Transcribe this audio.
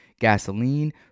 gasoline